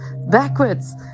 backwards